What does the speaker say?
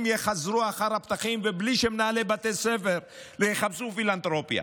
יחזרו אחר הפתחים ובלי שמנהלי בתי ספר יחפשו פילנתרופיה.